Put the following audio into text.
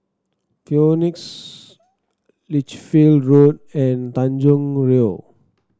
Phoenix Lichfield Road and Tanjong Rhu